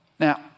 Now